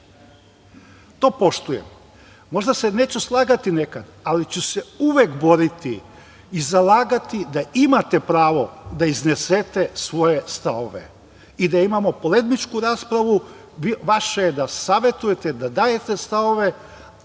To poštujem. Možda se neću slagati nekad, ali ću se uvek boriti i zalagati da imate pravo da iznesete svoje stavove i da imamo polemičku raspravu. Vaše je da savetujete, da dajete stavove,